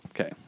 okay